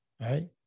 right